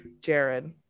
jared